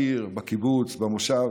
בעיר, בקיבוץ, במושב,